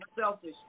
selfish